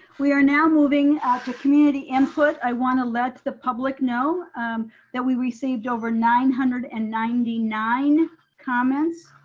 we are now moving out to community input. i wanna let the public know that we received over nine hundred and ninety nine comments.